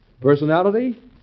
Personality